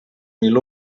mil